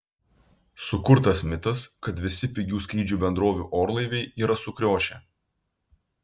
sukurtas mitas kad visi pigių skrydžių bendrovių orlaiviai yra sukriošę